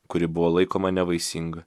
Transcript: kuri buvo laikoma nevaisinga